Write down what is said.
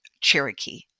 Cherokee